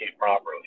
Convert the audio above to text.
properly